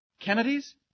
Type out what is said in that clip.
Kennedy's